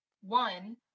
One